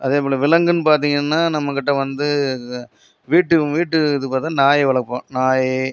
அதேப்போல விலங்குனு பார்த்தீங்கனா நம்மக்கிட்ட வந்து வீட்டு வீட்டு இது பார்த்தா நாய் வளர்ப்போம் நாய்